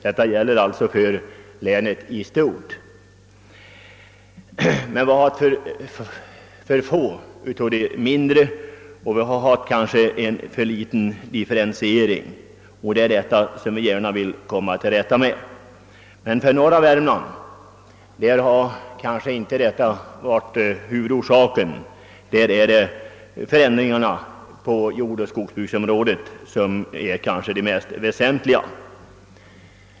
Detta gäller för länet i stort. Vi har haft för få mindre företag, och näringslivet har varit för litet differentierat. Detta vill vi nu komma till rätta med. För norra Värmland har detta emellertid inte varit huvudorsaken till svårigheterna. Där är det förändringarna på jordoch skogsbruksområdena som är de mest väsentliga.